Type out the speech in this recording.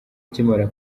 ikimara